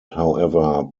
however